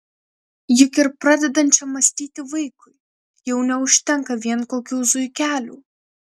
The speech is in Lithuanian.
juk ir pradedančiam mąstyti vaikui jau neužtenka vien kokių zuikelių